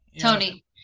Tony